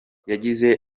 yagize